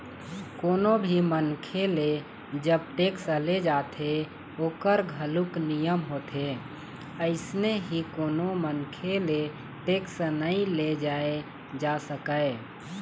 कोनो भी मनखे ले जब टेक्स ले जाथे ओखर घलोक नियम होथे अइसने ही कोनो मनखे ले टेक्स नइ ले जाय जा सकय